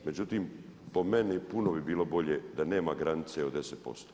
Međutim po meni puno bi bilo bolje da nema granice od 10%